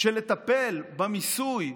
של טיפול במיסוי,